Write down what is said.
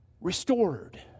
restored